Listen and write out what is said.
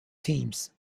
teams